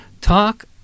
talk